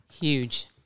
Huge